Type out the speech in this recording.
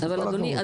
עם כל הכבוד.